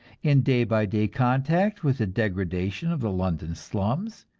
in day by day contact with the degradation of the london slums,